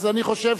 אז אני חושב